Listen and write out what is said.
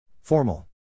Formal